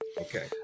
Okay